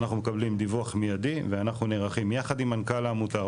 אנחנו מקבלים דיווח מיידי ואנחנו נערכים יחד עם מנכ"ל העמותה,